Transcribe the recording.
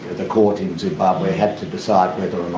the court in zimbabwe had to decide whether or not